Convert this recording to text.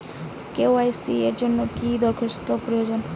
KYC এর জন্যে কি কি দস্তাবেজ প্রয়োজন?